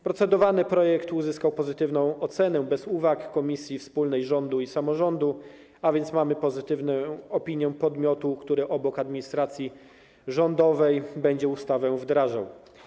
Procedowany projekt uzyskał pozytywną ocenę, bez uwag, Komisji Wspólnej Rządu i Samorządu Terytorialnego, a więc mamy pozytywną opinię podmiotu, który obok administracji rządowej będzie ustawę wdrażał.